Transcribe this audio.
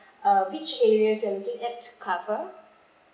uh which area you're looking at to cover